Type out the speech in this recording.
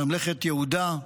ממלכת יהודה,